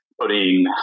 putting